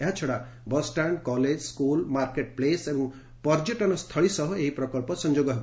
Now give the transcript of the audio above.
ଏହାଛଡ଼ା bus stand college school market place ଏବଂ ପର୍ଯ୍ୟଟନ ସ୍ଥଳୀ ସହ ଏହି ପ୍ରକଳ୍ପ ସଂଯୋଗ ହେବ